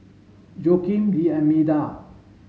Joaquim D Almeida